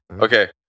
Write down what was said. Okay